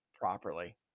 properly